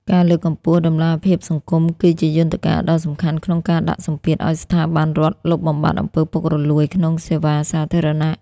ការលើកកម្ពស់ "តម្លាភាពសង្គម" គឺជាយន្តការដ៏សំខាន់ក្នុងការដាក់សម្ពាធឱ្យស្ថាប័នរដ្ឋលុបបំបាត់អំពើពុករលួយ ក្នុងសេវាសាធារណៈ។